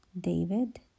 David